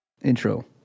Intro